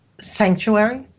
sanctuary